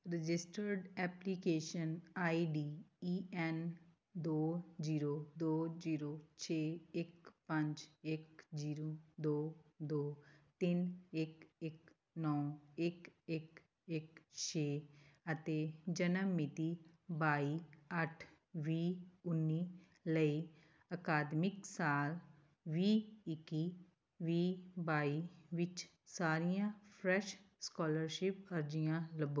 registered application I D E N ਦੋ zero ਦੋ zero ਛੇ ਇੱਕ ਪੰਜ ਇੱਕ ਜ਼ੀਰੋ ਦੋ ਦੋ ਤਿੰਨ ਇੱਕ ਇੱਕ ਨੌਂ ਇੱਕ ਇੱਕ ਇੱਕ ਛੇ ਅਤੇ ਜਨਮ ਮਿਤੀ ਬਾਈ ਅੱਠ ਵੀਹ ਉੱਨੀ ਲਈ ਅਕਾਦਮਿਕ ਸਾਲ ਵੀਹ ਇੱਕੀ ਵੀਹ ਬਾਈ ਵਿੱਚ ਸਾਰੀਆਂ ਫਰੈਸ਼ ਸਕਾਲਰਸ਼ਿਪ ਅਰਜ਼ੀਆਂ ਲੱਭੋ